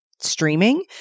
streaming